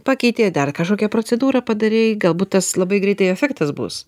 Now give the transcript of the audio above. pakeitei dar kažkokią procedūrą padarei galbūt tas labai greitai efektas bus